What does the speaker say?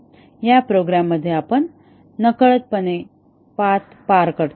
या प्रोग्रॅम मध्ये आपण नकळतपणे पाथ पार करतो